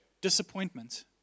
disappointment